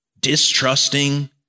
distrusting